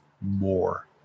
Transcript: more